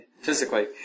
physically